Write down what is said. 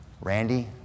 Randy